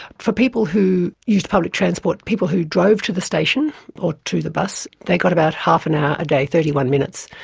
for people who used public transport, people who drove to the station or to the bus, they got about half an hour a day, thirty one minutes.